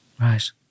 Right